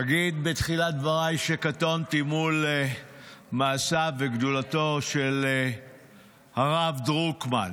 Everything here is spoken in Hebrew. אגיד בתחילת דבריי שקטונתי מול מעשיו וגדולתו של הרב דרוקמן.